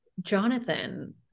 Jonathan